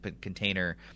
container